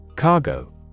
Cargo